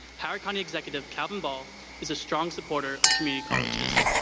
howard county executive calvin ball is a strong supporter of community colleges.